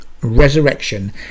resurrection